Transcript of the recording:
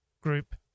group